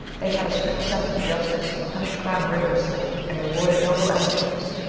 they had a strict sense of justice, and punished crime rigorously, and rewarded noble actions,